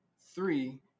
three